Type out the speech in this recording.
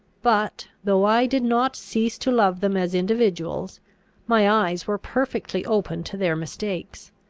but, though i did not cease to love them as individuals my eyes were perfectly open to their mistakes.